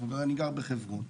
אני גר בחברון.